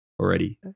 already